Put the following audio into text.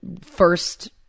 first